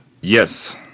Yes